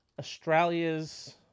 australia's